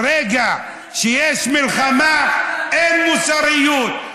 ברגע שיש מלחמה, אין מוסריות.